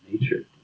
nature